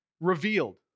Revealed